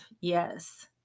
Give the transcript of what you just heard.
yes